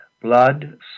blood